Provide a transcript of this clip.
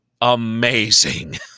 amazing